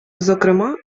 зокрема